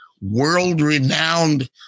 world-renowned